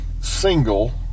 single